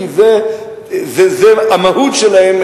כי זה המהות שלהם,